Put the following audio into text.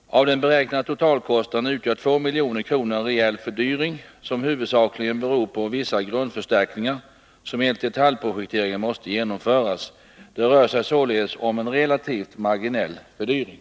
Av den beräknade totalkostnaden utgör 2 milj.kr. en reell fördyring, som huvudsakligen beror på vissa grundförstärkningar som enligt detaljprojekteringen måste genomföras. Det rör sig således om en relativt marginell fördyring.